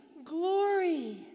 glory